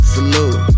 Salute